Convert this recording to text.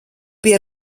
pie